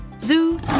Zoo